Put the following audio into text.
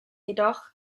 jedoch